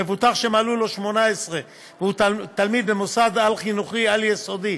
מבוטח שמלאו לו 18 והוא תלמיד במוסד חינוכי על-יסודי